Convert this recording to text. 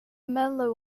menlo